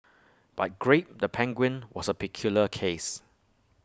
but grape the penguin was A peculiar case